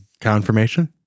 Confirmation